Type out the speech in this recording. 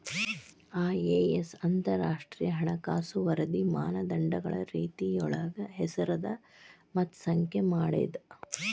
IAS ಅಂತರಾಷ್ಟ್ರೇಯ ಹಣಕಾಸು ವರದಿ ಮಾನದಂಡಗಳ ರೇತಿಯೊಳಗ ಹೆಸರದ ಮತ್ತ ಸಂಖ್ಯೆ ಮಾಡೇದ